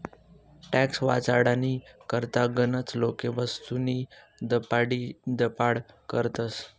tax वाचाडानी करता गनच लोके वस्तूस्नी दपाडीदपाड करतस